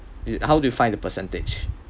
y- how do you find the percentage